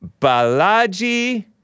Balaji